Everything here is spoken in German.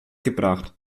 gebracht